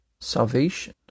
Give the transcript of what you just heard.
salvation